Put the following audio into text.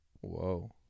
Whoa